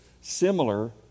similar